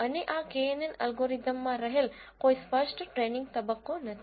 અને આ knn અલ્ગોરિધમમાં રહેલ કોઈ સ્પષ્ટ ટ્રેનીંગ તબક્કો નથી